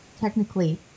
technically